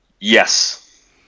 Yes